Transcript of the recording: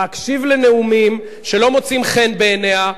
להקשיב לנאומים שלא מוצאים חן בעיניה,